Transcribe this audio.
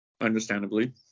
Understandably